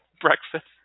breakfast